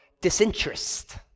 disinterest